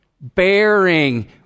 bearing